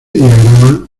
diagrama